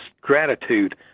gratitude